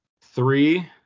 three